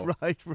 right